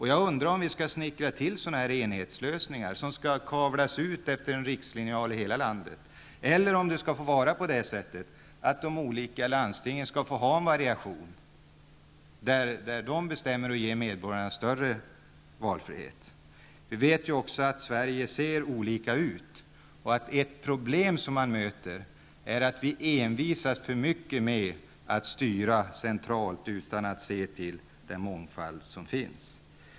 Jag undrar om vi skall snickra till sådana här enhetslösningar, som mäts ut efter en rikslinjal för hela landet, eller om det skall få finnas variation i de olika landstingen, där de bestämmer att ge medborgarna större valfrihet. Det ser ut på olika sätt i Sverige, och ett problem är att vi envisas med att styra för mycket centralt utan att se till den mångfald som finns.